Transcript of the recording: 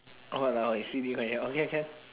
!walao! eh silly quite hiong okay ah can